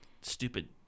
Stupid